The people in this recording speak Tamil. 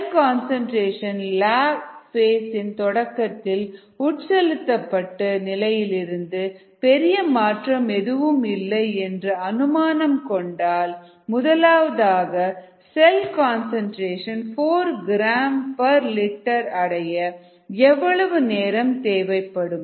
செல் கன்சன்ட்ரேஷன் லாக் பேஸ் இன் தொடக்கத்தில் உட்செலுத்தப்பட்ட நிலையிலிருந்து பெரிய மாற்றம் எதுவும் இல்லை என்று அனுமானம் கொண்டால் a செல் கன்சன்ட்ரேஷன் 4gl அடைய எவ்வளவு நேரம் தேவைப்படும்